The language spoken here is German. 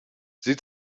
sie